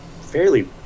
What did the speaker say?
fairly